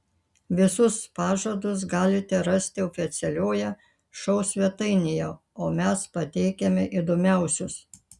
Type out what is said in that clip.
visus pažadus galite rasti oficialioje šou svetainėje o mes pateikiame įdomiausius